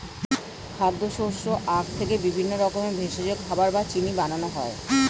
খাদ্য, শস্য, আখ থেকে বিভিন্ন রকমের ভেষজ, খাবার বা চিনি বানানো হয়